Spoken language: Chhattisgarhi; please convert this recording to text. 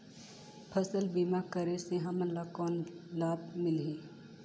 फसल बीमा करे से हमन ला कौन लाभ मिलही?